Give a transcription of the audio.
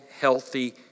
healthy